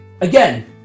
Again